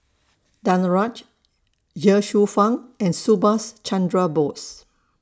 Danaraj Ye Shufang and Subhas Chandra Bose